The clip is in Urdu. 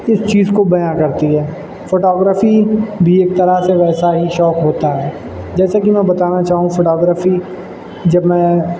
اس چیز کو بیاں کرتی ہے فوٹوگرافی بھی ایک طرح سے ویسا ہی شوق ہوتا ہے جیسے کہ میں بتانا چاہوں فوٹوگرافی جب میں